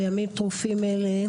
בימים טרופים אלה,